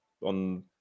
on